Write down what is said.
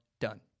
done